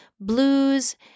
blues